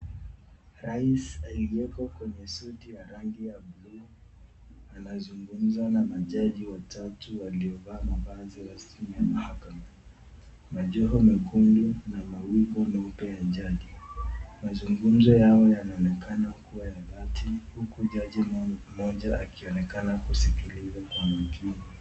Rais aliyeko kwenye suti ya rangi ya blue anazungumza na majaji watatu waliovaa mavazi rasmi ya mahakama, majoho mekundu na mawiko meupe ya jaji. Mazungumzo yao yanaonekana kuwa ya dhati huku jaji mmoja akionekana kusikiliza kwa makini